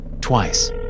twice